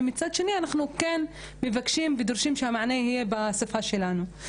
ומצד שני אנחנו כן מבקשים ודורשים שהמענה יהיה בשפה שלנו.